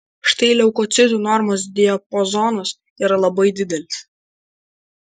štai leukocitų normos diapazonas yra labai didelis